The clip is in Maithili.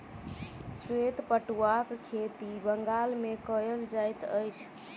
श्वेत पटुआक खेती बंगाल मे कयल जाइत अछि